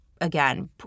Again